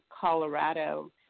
Colorado